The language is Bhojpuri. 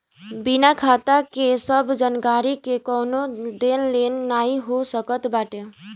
बिना खाता के सब जानकरी के कवनो लेन देन नाइ हो सकत बाटे